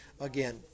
Again